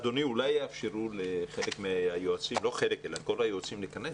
אדוני, אולי יאפשרו לכל היועצים להיכנס.